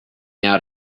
out